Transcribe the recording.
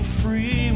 free